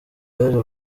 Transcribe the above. yaje